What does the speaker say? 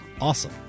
awesome